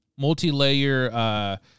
multi-layer